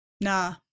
nah